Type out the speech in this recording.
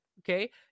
okay